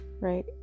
right